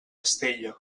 estella